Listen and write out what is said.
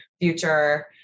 future